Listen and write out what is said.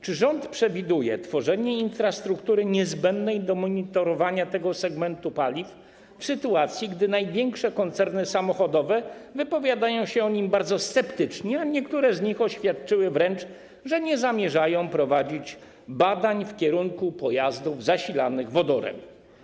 Czy rząd przewiduje tworzenie infrastruktury niezbędnej do monitorowania tego segmentu paliw w sytuacji, gdy największe koncerny samochodowe wypowiadają się o nim bardzo sceptycznie, a niektóre z nich oświadczyły wręcz, że nie zamierzają prowadzić badań w kierunku pojazdów zasilanych wodorem?